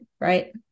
right